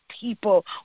people